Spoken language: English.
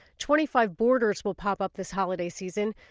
twenty-five borders will pop up this holiday season.